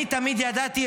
אני תמיד ידעתי,